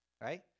right